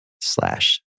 slash